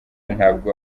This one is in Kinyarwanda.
ntabwo